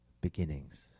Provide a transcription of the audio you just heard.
beginnings